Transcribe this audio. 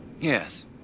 Yes